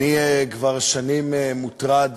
אני כבר שנים מוטרד